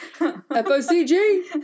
F-O-C-G